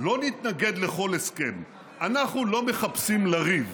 לא נתנגד לכל הסכם, אנחנו לא מחפשים לריב.